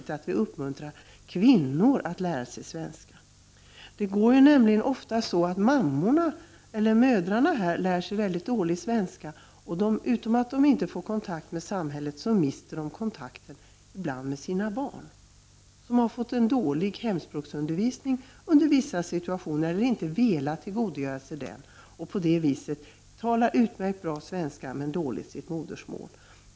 1989/90:36 är särskilt viktigt att vi uppmuntrar kvinnorna. Det är ofta så att mödrarna — 30 november 1990 lär sig svenska mycket dåligt och förutom att de inte får kontakt med samhäl Z——A let mister de ibland kontakten med sina barn. Barnen har fått en dålig hemspråksundervisning, eller de har i vissa situationer inte velat tillgodogöra sig den. De talar utmärkt bra svenska, men de talar sitt modersmål dåligt.